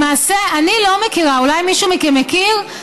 למעשה, אני לא מכירה, אולי מישהו מכם מכיר?